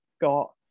got